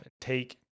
take